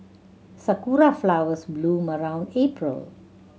sakura flowers bloom around April